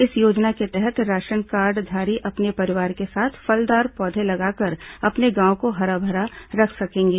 इस योजना के तहत राशन कार्डधारी अपने परिवार के साथ फलदार पौधे लगाकर अपने गांवों को हरा भरा रख सकेंगे